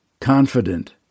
confident